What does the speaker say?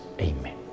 Amen